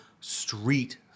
street